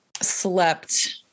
slept